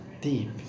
deep